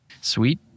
Sweet